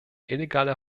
illegale